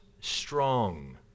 strong